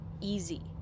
easy